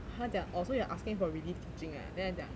他讲 orh so you're asking for relief teaching ah then 他讲